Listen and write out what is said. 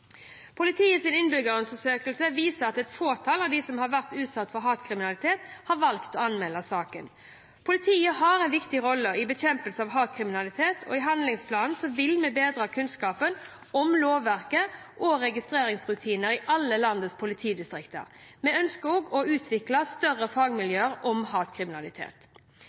innbyggerundersøkelse viser at et fåtall av dem som har vært utsatt for hatkriminalitet, har valgt å anmelde saken. Politiet har en viktig rolle i bekjempelsen av hatkriminalitet, og i handlingsplanen vil vi bedre kunnskapen om lovverk og registreringsrutiner i alle landets politidistrikter. Vi ønsker også å utvikle større fagmiljøer om hatkriminalitet.